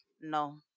no